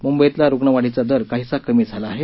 मुंबईतला रुग्ण वाढीचा दर काहिसा कमी झाला आहे